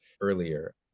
earlier